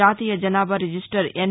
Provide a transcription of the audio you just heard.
జాతీయ జనాభా register yes